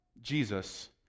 Jesus